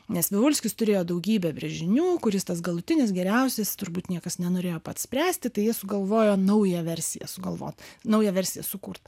nes vivulskis turėjo daugybę brėžinių kuris tas galutinis geriausias turbūt niekas nenorėjo pats spręsti tai jie sugalvojo naują versiją sugalvoti naują versiją sukurt